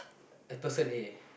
a person A